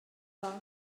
dda